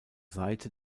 seite